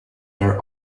their